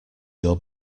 your